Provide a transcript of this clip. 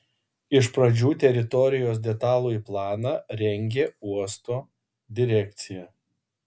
iš pradžių teritorijos detalųjį planą rengė uosto direkcija